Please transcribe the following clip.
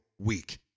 week